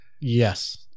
Yes